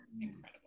incredible